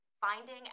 finding